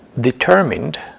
determined